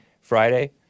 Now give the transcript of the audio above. Friday